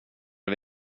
det